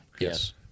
yes